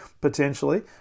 potentially